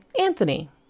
Anthony